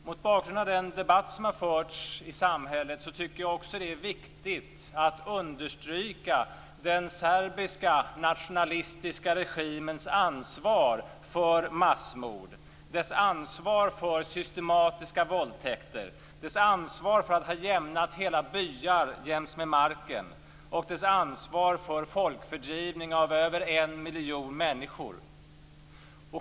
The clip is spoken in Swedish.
Mot bakgrund av den debatt som har förts i samhället tycker jag att det är viktigt att understryka den serbiska nationalistiska regimens ansvar för massmord, dess ansvar för systematiska våldtäkter, dess ansvar för att ha jämnat hela byar med marken och dess ansvar för att ha fördrivit över en miljon människor.